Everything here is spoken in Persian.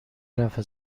رفع